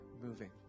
moving